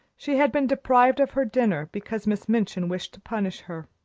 she had been deprived of her dinner, because miss minchin wished to punish her.